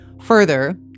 Further